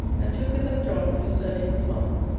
and took with them john, whose surname was mark.